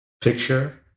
picture